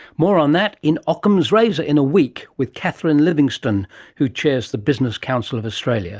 more on that in ockham's razor in a week with catherine livingstone who chairs the business council of australia.